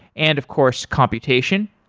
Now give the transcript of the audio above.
and of course computation.